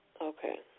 Okay